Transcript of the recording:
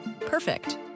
Perfect